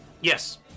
Yes